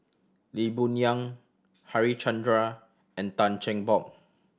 Lee Boon Yang Harichandra and Tan Cheng Bock